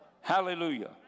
Hallelujah